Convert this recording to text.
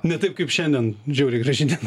ne taip kaip šiandien žiauriai graži diena